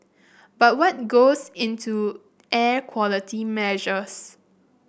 but what goes into air quality measures